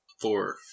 Four